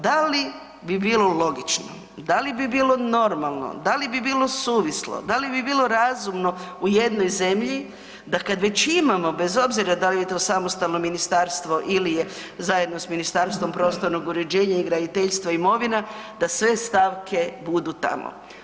Da li bi bilo logično, da li bi bilo normalno, da li bi bilo suvislo, da li bi bilo razumno, u jednoj zemlji, da kad već imamo, bez obzira da li je to samostalno ministarstvo ili je zajedno s Ministarstvom prostornog uređenja i graditeljstva, imovina, da sve stavke budu tamo.